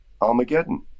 Armageddon